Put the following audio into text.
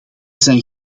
zijn